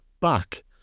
back